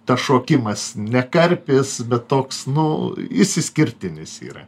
tas šokimas ne karpis bet toks nu jis išskirtinis yra